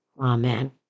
Amen